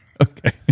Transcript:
Okay